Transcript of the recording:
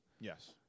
Yes